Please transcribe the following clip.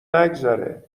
نگذره